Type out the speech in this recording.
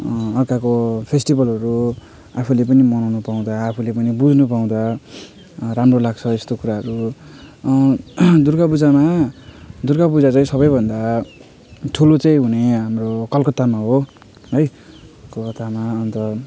अर्काको फेस्टिबलहरू आफूले पनि मनाउनु पाउँदा आफूले पनि बुझ्नु पाउँदा राम्रो लाग्छ यस्तो कुराहरू दुर्गापूजामा दुर्गापूजा चाहिँ सबैभन्दा ठुलो चाहिँ हुने हाम्रो कलकत्तामा हो है कलकत्तामा अन्त